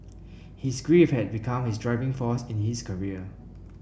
his grief had become his driving force in his career